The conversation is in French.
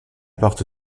porte